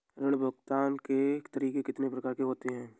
ऋण भुगतान के तरीके कितनी प्रकार के होते हैं?